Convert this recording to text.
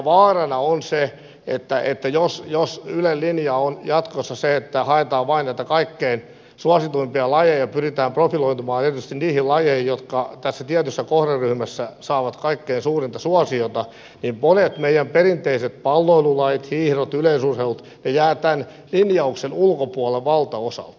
vaarana on se että jos ylen linja on jatkossa se että haetaan vain näitä kaikkein suosituimpia lajeja ja pyritään profiloitumaan erityisesti niihin lajeihin jotka tässä tietyssä kohderyhmässä saavat kaikkein suurinta suosiota niin monet meidän perinteiset palloilulajit hiihdot yleisurheilut jäävät tämän linjauksen ulkopuolelle valtaosaltaan